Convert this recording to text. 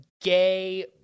gay